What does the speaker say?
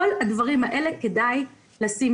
לכל הדברים האלה כדאי לשים